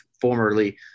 formerly